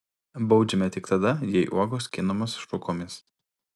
baudžiame tik tada jei uogos skinamos šukomis